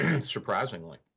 surprisingly